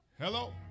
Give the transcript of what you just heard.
Hello